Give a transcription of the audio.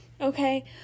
okay